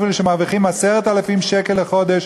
אפילו שמרוויחים 10,000 שקל לחודש,